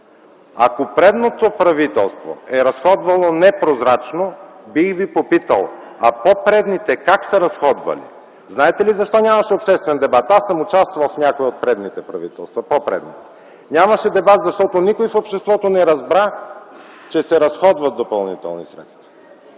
Ако предишното правителство е разходвало непрозрачно, бих ви попитал: а по-предните как са разходвали? Знаете ли защо нямаше обществен дебат? Аз съм участвал в някои от по-предишните правителства. Нямаше дебат, защото никой от обществото не разбра, че се разходват допълнителни средства.